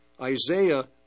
Isaiah